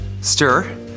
Stir